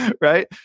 right